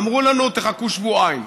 אמרו לנו: תחכו שבועיים.